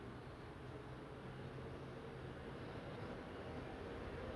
I didn't know who is that joaquin phoenix guy until I watched the movie joker